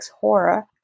horror